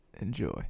Enjoy